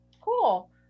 cool